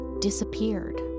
disappeared